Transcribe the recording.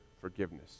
forgiveness